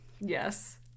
Yes